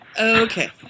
Okay